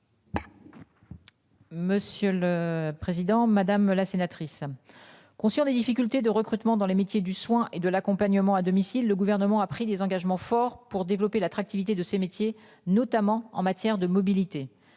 Monsieur le président, madame la sénatrice. Conscient des difficultés de recrutement dans les métiers du soin et de l'accompagnement à domicile. Le gouvernement a pris des engagements forts pour développer l'attractivité de ces métiers, notamment en matière de mobilité.